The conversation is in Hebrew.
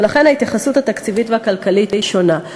ולכן ההתייחסות התקציבית והכלכלית שונה.